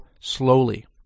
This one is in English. slowly